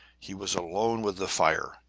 he was alone with the fire,